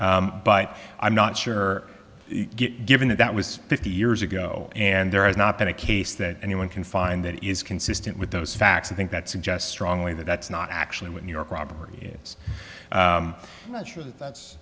but i'm not sure given that that was fifty years ago and there has not been a case that anyone can find that is consistent with those facts i think that suggests strongly that that's not actually what new york robbery is sure that that's